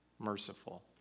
merciful